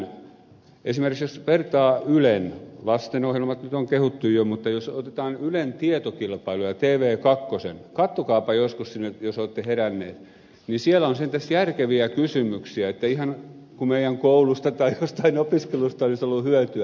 esimerkiksi jos vertaa ylen ohjelmia lastenohjelmat nyt on kehuttu jo mutta jos otetaan ylen tietokilpailu ja tv kakkosen katsokaapa joskus sinne jos olette heränneet niin siellä on sentään järkeviä kysymyksiä että ihan kuin meidän koulustamme tai jostain opiskelusta olisi ollut hyötyä